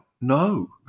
No